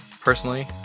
Personally